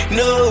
no